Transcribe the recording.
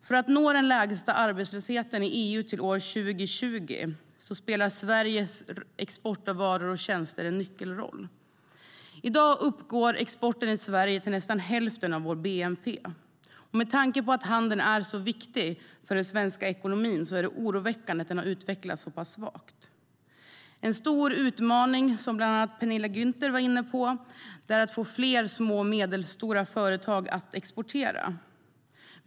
För att nå den lägsta arbetslösheten i EU till år 2020 spelar Sveriges export av varor och tjänster en nyckelroll. En stor utmaning, som bland andra Penilla Gunther var inne på, är att få fler små och medelstora företag att exportera.